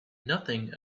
nothing